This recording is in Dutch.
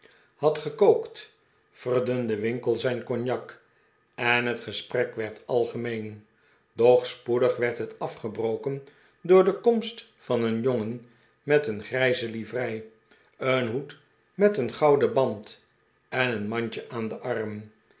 had gekookt verdunde winkle zijn cognac en het gesprek werd algemeen doch spoedig werd het afgebroken door de komst van een jongen met een grijze livrei een hoed met een gouden band en een mandje aan den arm